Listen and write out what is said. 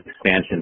expansion